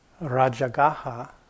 Rajagaha